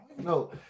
No